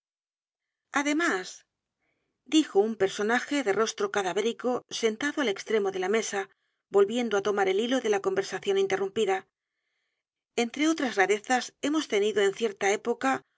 además dijo un personaje de rostro cadavé rico sentado al extremo de la mesa volviendo á tomar el hilo de la conversación interrumpida entre otras rarezas hemos tenido en cierta época